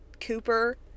cooper